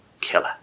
killer